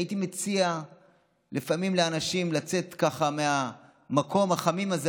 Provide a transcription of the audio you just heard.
הייתי מציע לאנשים לפעמים לצאת מהמקום החמים הזה,